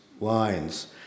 lines